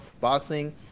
boxing